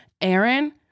aaron